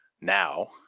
now